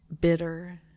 bitter